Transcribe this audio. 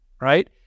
right